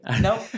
Nope